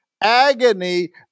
agony